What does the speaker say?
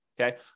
Okay